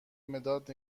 مداد